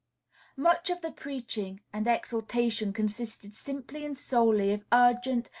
much of the preaching and exhortation consisted simply and solely of urgent,